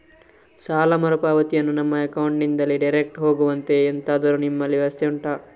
ಸಾಲ ಮರುಪಾವತಿಯನ್ನು ನಮ್ಮ ಅಕೌಂಟ್ ನಿಂದಲೇ ಡೈರೆಕ್ಟ್ ಹೋಗುವಂತೆ ಎಂತಾದರು ನಿಮ್ಮಲ್ಲಿ ವ್ಯವಸ್ಥೆ ಉಂಟಾ